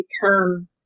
become